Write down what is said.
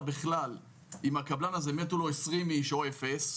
בכלל אם לקבלן הזה מתו 20 איש או אפס,